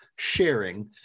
sharing